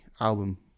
album